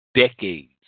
decades